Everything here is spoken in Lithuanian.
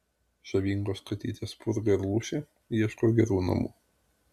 žavingos katytės spurga ir lūšė ieško gerų namų